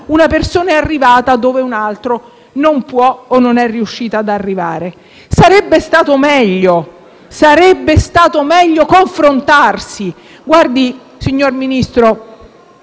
una persona è arrivata dove un'altra non può o non è riuscita ad arrivare. Sarebbe stato meglio confrontarsi. Guardi, signor Ministro,